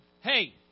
hey